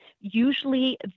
usually